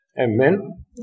Amen